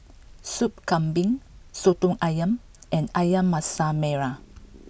soup Kambing Soto Ayam and Ayam Masak Merah